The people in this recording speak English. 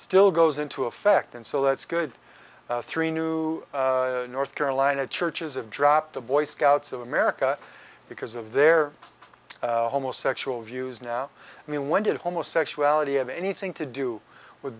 still goes into effect and so that's good three new north carolina churches have dropped the boy scouts of america because of their homo sexual abuse now i mean when did homosexuality have anything to do with